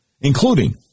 including